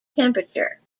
temperature